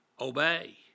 Obey